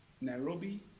Nairobi